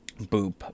Boop